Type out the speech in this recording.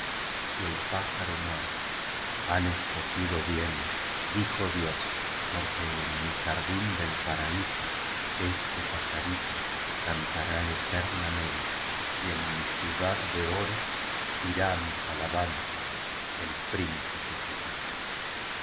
y el pájaro muerto han escogido bien dijo dios porque en mi jardín del paraíso este pajarito cantará eterna mente y en mí ciudad de oro dirá mis alabanzas el príncipe feliz